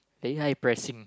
very high pressing